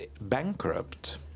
bankrupt